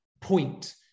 point